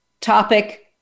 topic